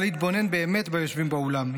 אבל להתבונן באמת ביושבים באולם,